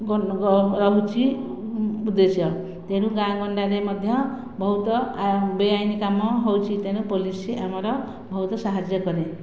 ଗଣ୍ଡଗୋଳ ରହୁଛି ଉଦ୍ଦେଶ୍ୟ ତେଣୁ ଗାଁ ଗଣ୍ଡାରେ ମଧ୍ୟ ବହୁତ ଆ ବେଆଇନ କାମ ହେଉଛି ତେଣୁ ପୋଲିସ୍ ଆମର ବହୁତ ସାହାଯ୍ୟ କରେ